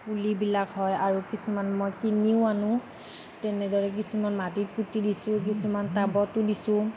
পুলিবিলাক হয় আৰু কিছুমান মই কিনিও আনোঁ তেনেদৰে কিছুমান মাটিত পুতি দিছোঁ কিছুমান টাবতো দিছোঁ